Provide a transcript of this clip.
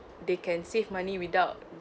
they can save money without